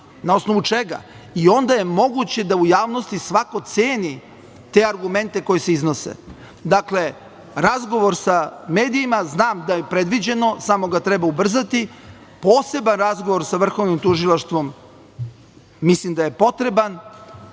na osnovu čega? Onda je moguće da u javnosti svako ceni te argumente koji se iznose. Dakle, razgovor sa medijima. Znam da je predviđeno, samo ga treba ubrzati. Poseban razgovor sa Vrhovnim tužilaštvom mislim da je potreban.